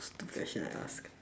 stupid question I asked